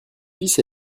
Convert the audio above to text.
fils